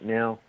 now